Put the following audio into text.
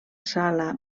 sala